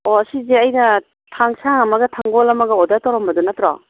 ꯑꯣ ꯁꯤꯁꯦ ꯑꯩꯅ ꯊꯥꯡꯁꯥꯡ ꯑꯃꯒ ꯊꯥꯡꯒꯣꯜ ꯑꯃꯒ ꯑꯣꯗꯔ ꯇꯧꯔꯝꯕꯗꯣ ꯅꯠꯇ꯭ꯔꯣ